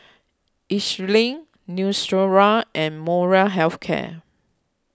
Eucerin Neostrara and Molra Health Care